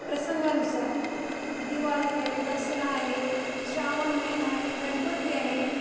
प्रसंगानुसार दिवाळी आहे दसरा आहे श्रावण महिना आहे गणपती आहे